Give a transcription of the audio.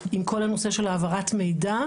עם כל הנושא של העברת מידע,